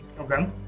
Okay